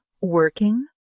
working